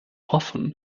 hoffe